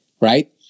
right